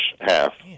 half